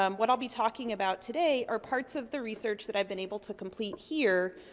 um what i'll be talking about today are parts of the research that i've been able to complete here,